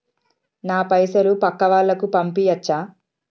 నా పైసలు పక్కా వాళ్ళకు పంపియాచ్చా?